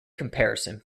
comparison